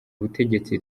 ubutegetsi